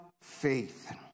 faith